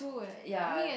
ya